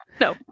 no